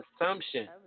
assumption